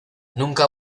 nunca